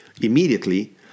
immediately